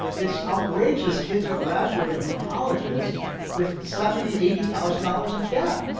it's outrageous. kids are graduating from colleges with seventy, eighty thousand dollars in debt.